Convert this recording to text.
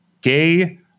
gay